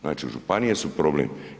Znači županije su problem.